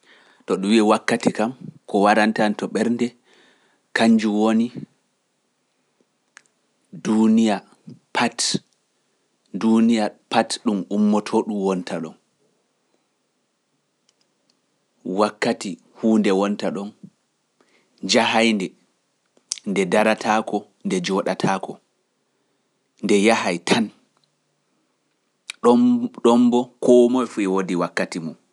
To ɗum wiya wakkati kam, ko warantaani to ɓernde, kanjum woni duuniya pat, duuniya pat ɗum ummoto ɗum wonta ɗon. Wakkati huunde wonta ɗon, jahay nde, nde darataako, nde jooɗataako, nde yahay tan, ɗon mbo koo moye fuyo wodi wakkati mum.